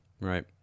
right